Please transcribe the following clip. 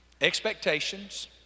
expectations